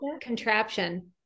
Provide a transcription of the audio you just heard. contraption